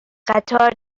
قطار